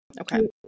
okay